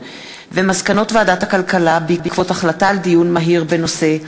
הצעת חוק להסדר התדיינויות בסכסוכי משפחה (יישוב מוקדם של הסכסוך),